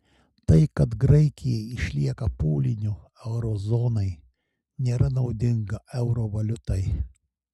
tai kad graikija išlieka pūliniu euro zonai nėra naudinga euro valiutai